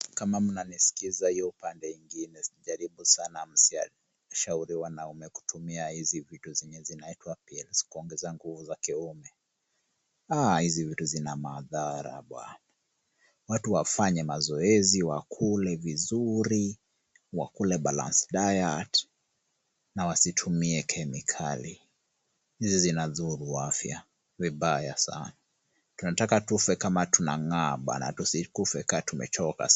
Kama mnanisikiza hiyo upande ingine, jaribu sana msi shauriwa na wamekutumia hizi vitu zenye zinaitwa pills kuongeza nguvu za kiume. Aah, hizi vitu zina madhara bwana... watu wafanye mazoezi wa kule vizuri, wakule balance diet , na wasitumie kemikali. Hizi zina dhuru afya, vibaya sana. Tunataka tufe kama tunang'aa bana tusikufe kaa tumechoka.